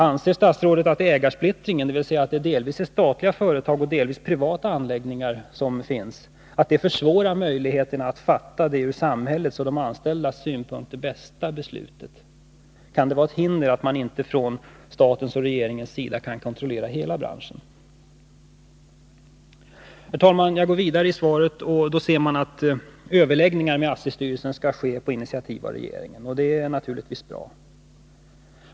Anser statsrådet att ägarsplittringen — det gäller delvis statliga företag och delvis privata anläggningar — försvårar möjligheten att fatta det ur samhället och de anställdas synvinkel bästa beslutet? Kan det vara ett hinder att staten och regeringen inte kan kontrollera hela branschen? Herr talman! Jag går vidare i svaret. Av det framgår att överläggningar med ASSI-styrelsen skall ske på initiativ av regeringen — och det är naturligtvis bra.